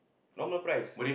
normal price